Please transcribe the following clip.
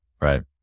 right